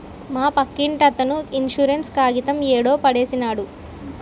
మా పక్కింటతను ఇన్సూరెన్స్ కాయితం యాడో పడేసినాడు